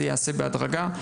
זה ייעשה בהדרגה,